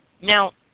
Now